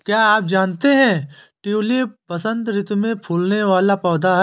क्या आप जानते है ट्यूलिप वसंत ऋतू में फूलने वाला पौधा है